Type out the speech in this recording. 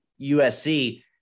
USC